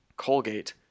Colgate